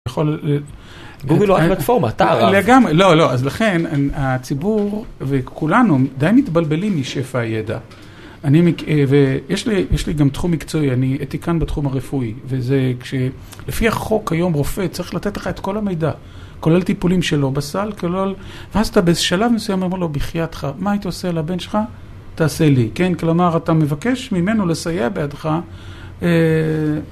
יכול ל, גוגל הוא הפלטפורמה, אתה הרב. לא, לא, אז לכן הציבור וכולנו די מתבלבלים משפע הידע. ויש לי גם תחום מקצועי, אני אתיקן בתחום הרפואי, וזה לפי החוק היום רופא צריך לתת לך את כל המידע, כולל טיפולים שלא בסל, כלול, ואז אתה בשלב מסוים אומר לו, בחיאתך, מה היית עושה לבן שלך? תעשה לי, כן? כלומר, אתה מבקש ממנו לסייע בעדך.